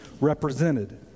represented